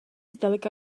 zdaleka